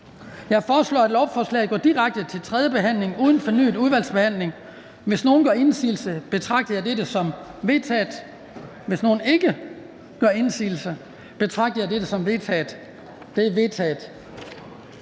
Jeg foreslår, at lovforslaget går direkte til tredje behandling uden fornyet udvalgsbehandling. Hvis ingen gør indsigelse, betragter jeg dette som vedtaget. Det er vedtaget. --- Det næste punkt på dagsordenen er: